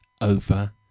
over